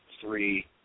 three